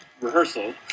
rehearsal